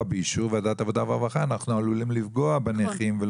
באישור ועדת העבודה והרווחה אנחנו עלולים לפגוע בנכים.